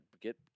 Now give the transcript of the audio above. get